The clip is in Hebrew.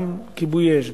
גם כיבוי אש,